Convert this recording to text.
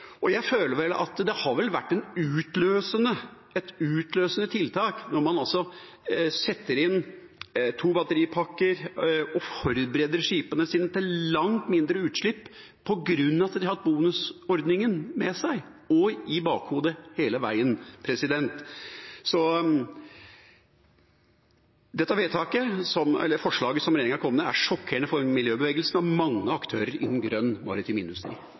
Jeg føler vel at det har vært et utløsende tiltak når man setter inn to batteripakker og forbereder skipene sine på langt mindre utslipp på grunn av at de har hatt bonusordningen med seg og i bakhodet hele veien. Det forslaget som regjeringa kommer med, er sjokkerende for miljøbevegelsen og mange aktører innen grønn maritim industri.